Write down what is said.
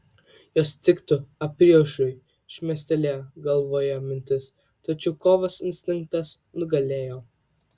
jos tiktų apyaušriui šmėstelėjo galvoje mintis tačiau kovos instinktas nugalėjo